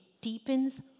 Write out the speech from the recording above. deepens